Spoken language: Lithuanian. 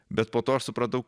bet po to aš supratau